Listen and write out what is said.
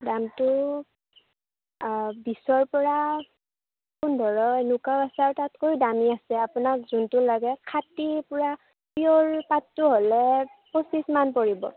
দামটো বিছৰ পৰা পোন্ধৰ এনেকুৱাও আছে আৰু তাতকৈ দামী আছে আপোনাক যোনটো লাগে খাতি পুৰা পিয়ৰ পাটটো হ'লে পচিঁশ মান পৰিব